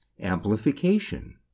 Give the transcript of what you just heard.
amplification